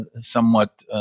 somewhat –